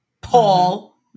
Paul